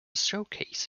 showcase